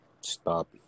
Stop